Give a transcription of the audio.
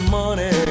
money